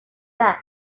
tank